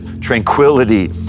tranquility